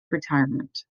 retirement